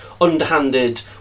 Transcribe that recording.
underhanded